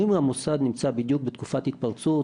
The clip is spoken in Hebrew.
אם המוסד נמצא בדיוק בתקופת התפרצות,